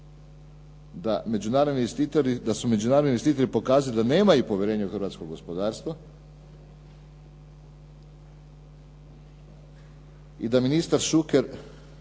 Da su međunarodni investitori pokazali da nemaju povjerenja u hrvatsko gospodarstvo i da ministar Šuker,